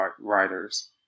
writers